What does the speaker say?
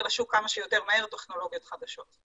לשוק כמה שיותר מהר טכנולוגיות חדשות.